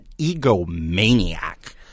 egomaniac